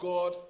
God